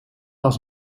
als